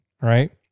right